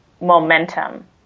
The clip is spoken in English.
momentum